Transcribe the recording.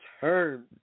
turn